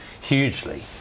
hugely